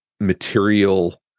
material